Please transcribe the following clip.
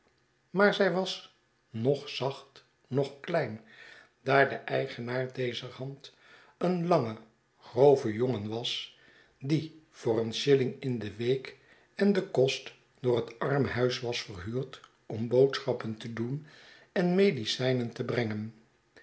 maar zij was noch zacht noch klein daar de eigenaar dezer hand een lange grove jongen was die voor een shilling in de week en den kost door het arm huis was verhuurd om boodschappen te doen en medicijnen te brengen